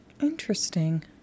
Interesting